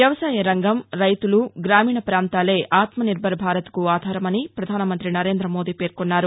వ్యవసాయ రంగం రైతులు గ్రామీణ పాంతాలే ఆత్మనిర్బర్ భారత్కు ఆధారమని పధాన మంతి సరేంద మోదీ పేర్కొన్నారు